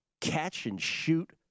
catch-and-shoot